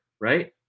right